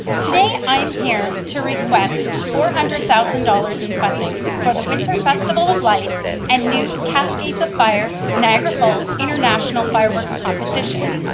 today, i am here to request four hundred thousand dollars in funding for the winter festival of lights and new cascades of fire niagara falls international fireworks competition.